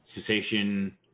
cessation